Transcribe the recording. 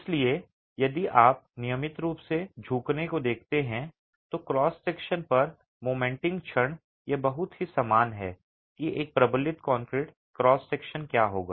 इसलिए यदि आप नियमित रूप से झुकने को देखते हैं तो क्रॉस सेक्शन पर मोमेंटिंग क्षण यह बहुत ही समान है कि एक प्रबलित कंक्रीट क्रॉस सेक्शन क्या होगा